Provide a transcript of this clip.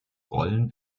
rollen